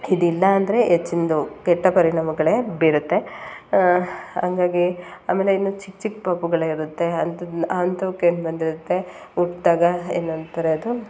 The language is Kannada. ಇದಿಲ್ಲ ಅಂದರೆ ಹೆಚ್ಚಿಂದು ಕೆಟ್ಟ ಪರಿಣಾಮಗಳೇ ಬೀರುತ್ತೆ ಹಂಗಾಗಿ ಆಮೇಲೆ ಇನ್ನೂ ಚಿಕ್ಕ ಚಿಕ್ಕ ಪಾಪುಗಳೇ ಇರುತ್ತೆ ಅಂಥದ್ದು ಅಂಥವಕ್ಕೆ ಏನು ಬಂದಿರುತ್ತೆ ಹುಟ್ದಾಗ ಏನಂತಾರೆ ಅದು